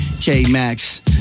K-Max